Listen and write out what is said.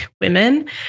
women